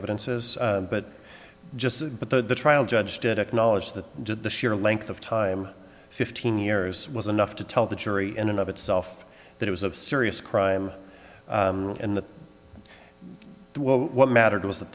evidence is but just but the trial judge did acknowledge that did the sheer length of time fifteen years was enough to tell the jury in and of itself that it was a serious crime and that what mattered was that